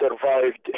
survived